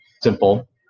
simple